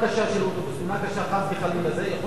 לכן אני לא מסתמך על הנושא של הנתונים יותר מדי.